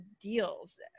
deals